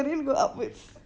like the rain go upwards